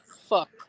fuck